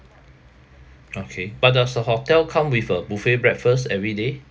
okay but does the hotel come with a buffet breakfast everyday